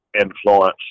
influence